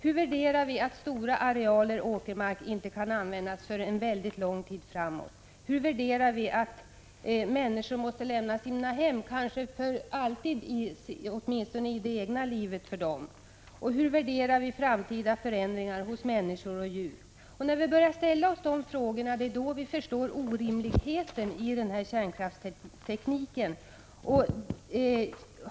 Hur värderar vi att stora arealer åkermark inte kan användas under mycket lång tid framåt? Hur värderar vi att människor måste lämna sina hem, kanske för alltid eller åtminstone för resten av deras eget liv? Och hur värderar vi framtida förändringar hos människor och djur? Det är när vi börja ställa oss de här frågorna som vi förstår orimligheten i kärnkraftstekniken.